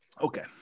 okay